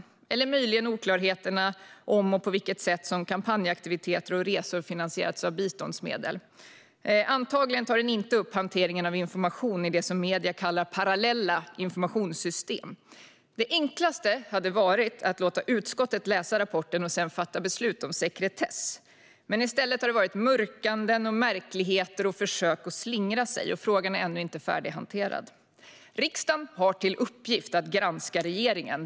Möjligen handlar den om oklarheterna när det gäller om och på vilket sätt kampanjaktiviteter och resor har finansierats med biståndsmedel. Antagligen tar den inte upp hanteringen av information i det som medierna kallar parallella informationssystem. Det enklaste hade varit att låta utskottet läsa rapporten och sedan fatta beslut om sekretess. Men i stället har det varit mörkanden, märkligheter och försök att slingra sig. Frågan är ännu inte färdighanterad. Riksdagen har till uppgift att granska regeringen.